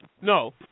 No